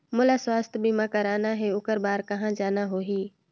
मोला स्वास्थ बीमा कराना हे ओकर बार कहा जाना होही?